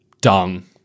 dung